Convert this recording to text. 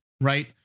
Right